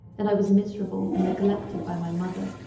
that i was miserable and neglected by my mother.